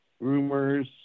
rumors